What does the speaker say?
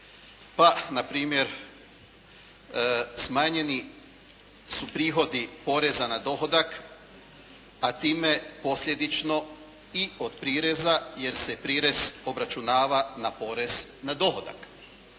pa npr. smanjeni su prihodi poreza na dohodak, a time posljedično i od prireza jer se prirez obračunava na porez na dohodak.